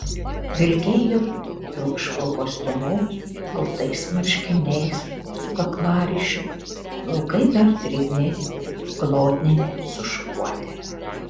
vilkėjo pilkšvu kostiumu baltais marškiniais su kaklaryšiu plaukai dar drėgni glotniai sušukuoti